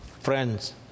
Friends